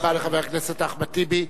תודה רבה לחבר הכנסת אחמד טיבי.